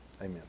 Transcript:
Amen